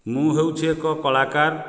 ମୁଁ ହେଉଛି ଏକ କଳାକାର